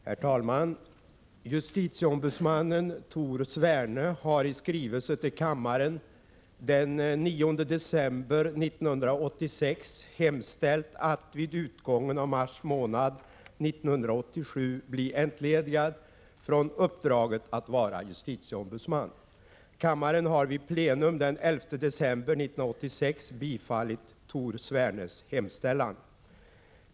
Herr talman! Justitieombudsmannen Tor Sverne har i skrivelse till kammaren den 9 december 1986 hemställt att vid utgången av mars månad 1987 bli entledigad från uppdraget att vara justitieombudsman. Kammaren har vid plenum den 11 december 1986 bifallit Tor Svernes hemställan.